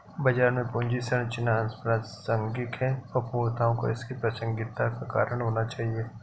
बाजार में पूंजी संरचना अप्रासंगिक है, अपूर्णताओं को इसकी प्रासंगिकता का कारण होना चाहिए